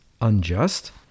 unjust